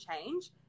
change